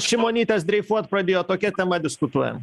šimonytės dreifuot pradėjo tokia tema diskutuojam